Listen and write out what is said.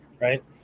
right